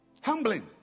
Humbling